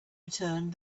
returned